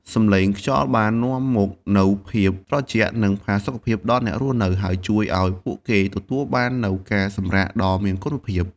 សំឡេងខ្យល់បាននាំមកនូវភាពត្រជាក់ និងផាសុកភាពដល់អ្នករស់នៅ ហើយជួយឱ្យពួកគេទទួលបាននូវការសម្រាកដ៏មានគុណភាព។